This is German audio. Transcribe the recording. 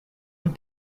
und